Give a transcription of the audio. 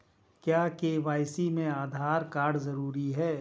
क्या के.वाई.सी में आधार कार्ड जरूरी है?